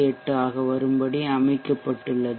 78 ஆக வரும்படி அமைக்கப்பட்டுள்ளது